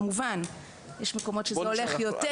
כמובן שיש מקומות בהם זה הולך יותר ומקומות בהם זה הולך פחות.